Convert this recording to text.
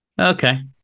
Okay